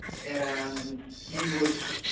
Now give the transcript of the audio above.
and he was